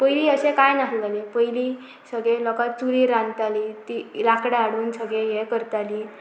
पयलीं अशें कांय नाहलेलें पयलीं सगळे लोकां चुली रांदताली ती लांकडां हाडून सगळें हें करतालीं